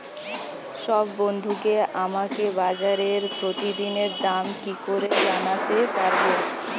সব বন্ধুকে আমাকে বাজারের প্রতিদিনের দাম কি করে জানাতে পারবো?